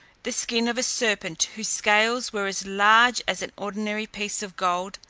the skin of a serpent, whose scales were as large as an ordinary piece of gold,